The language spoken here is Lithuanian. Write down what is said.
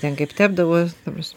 ten kaip tepdavo ta pras